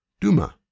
Duma